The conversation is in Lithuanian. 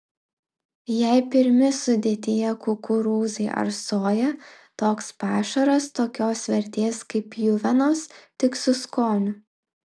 jei pirmi sudėtyje kukurūzai ar soja toks pašaras tokios vertės kaip pjuvenos tik su skoniu